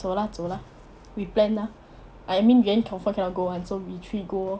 走 lah 走 lah we plan lah I mean yuan confirm cannot go [one] so we three go lor